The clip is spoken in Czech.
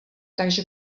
takže